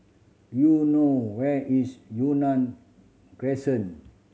do you know where is Yunnan Crescent